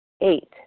eight